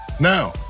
Now